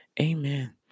Amen